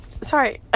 Sorry